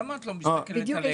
למה את לא מסתכלת עלינו?